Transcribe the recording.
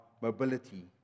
mobility